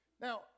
Now